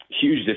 huge